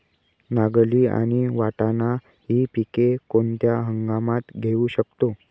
नागली आणि वाटाणा हि पिके कोणत्या हंगामात घेऊ शकतो?